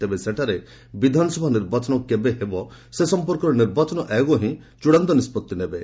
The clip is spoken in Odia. ତେବେ ସେଠାରେ ବିଧାନସଭା ନିର୍ବାଚନ କେବେ ହେବ ସେ ସମ୍ପର୍କରେ ନିର୍ବାଚନ ଆୟୋଗ ହିଁ ଚଡ଼ାନ୍ତ ନିଷ୍ପଭି ନେବେ